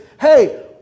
hey